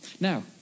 Now